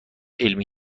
علمی